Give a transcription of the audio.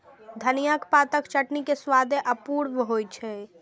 धनियाक पातक चटनी के स्वादे अपूर्व होइ छै